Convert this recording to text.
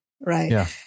right